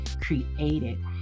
created